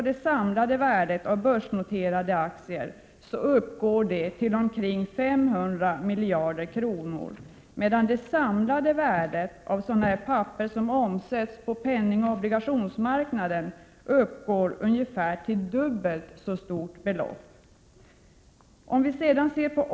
Det samlade värdet av börsnoterade aktier uppgår till omkring 500 miljarder kronor, medan det samlade värdet av sådana papper som omsätts på penningoch obligationsmarknaden uppgår ungefär till dubbelt så stort belopp.